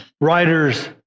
writers